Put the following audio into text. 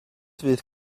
fydd